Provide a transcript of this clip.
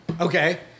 Okay